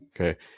Okay